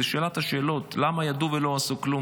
זאת שאלת השאלות: למה ידעו ולא עשו כלום?